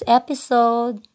episode